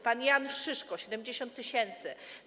Pan Jan Szyszko - 70 tys. zł.